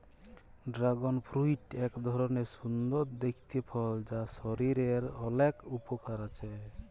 dragon fruit এক ধরলের সুন্দর দেখতে ফল যার শরীরের অলেক উপকার আছে